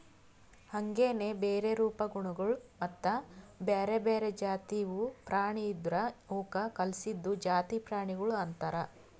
ಹಾಂಗೆನೆ ಬೇರೆ ರೂಪ, ಗುಣಗೊಳ್ ಮತ್ತ ಬ್ಯಾರೆ ಬ್ಯಾರೆ ಜಾತಿವು ಪ್ರಾಣಿ ಇದುರ್ ಅವುಕ್ ಕಲ್ಸಿದ್ದು ಜಾತಿ ಪ್ರಾಣಿಗೊಳ್ ಅಂತರ್